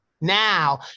Now